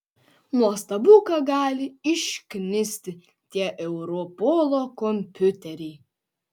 nuostabu ką gali išknisti tie europolo kompiuteriai